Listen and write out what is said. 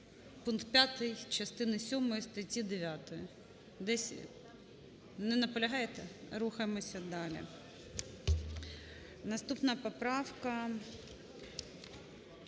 пункт 5 частина сьомої статті 9. Не наполягаєте? Рухаємося далі. Наступна поправка,